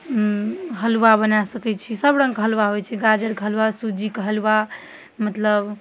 हलुआ बना सकै छी सबरङ्गके हलुआ होइ छै गाजरके हलुआ होइ छै सुज्जीके हलुआ मतलब